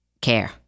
care